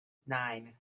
nine